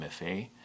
MFA